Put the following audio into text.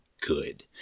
good